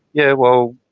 yeah well,